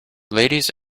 ladies